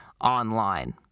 online